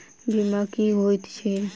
बीमा की होइत छी?